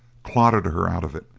clodded her out of it.